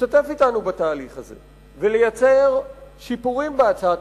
להשתתף אתנו בתהליך הזה ולשפר את הצעת